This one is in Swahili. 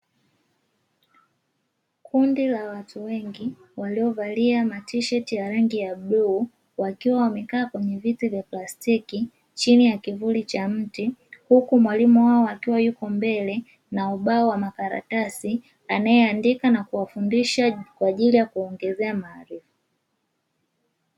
Kundi la watu wengi waliovalia matisheti ya rangi ya bluu, wakiwa wamekaa kwenye viti vya plastiki chini ya kivuli cha mti, huku mwalimu wao akiwa yuko mbele na ubao wa makaratasi anayeandika na kuwafundisha kwa ajili ya kuwaongezea maarifa.